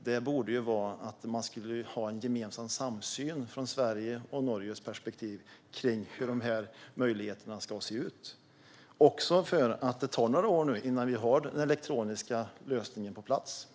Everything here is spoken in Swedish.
Därför borde det finnas en gemensam syn från Sveriges och Norges perspektiv i hur dessa möjligheter ska se ut. Det tar några år innan den elektroniska lösningen finns på plats.